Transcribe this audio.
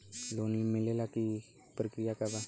Loan मिलेला के प्रक्रिया का बा?